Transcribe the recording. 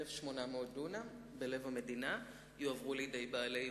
1,800 דונם בלב המדינה יועברו לידי בעלי הון.